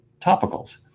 topicals